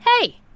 hey